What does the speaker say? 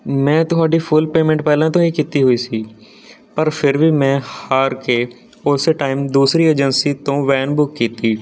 ਮੈਂ ਤੁਹਾਡੀ full payment ਪਹਿਲਾਂ ਤੋਂ ਹੀ ਕੀਤੀ ਹੋਈ ਸੀ ਪਰ ਫਿਰ ਵੀ ਮੈਂ ਹਾਰ ਕੇ ਉਸੇ ਟਾਈਮ ਦੂਸਰੀ ਏਜੰਸੀ ਤੋਂ ਵੈਨ ਬੁੱਕ ਕੀਤੀ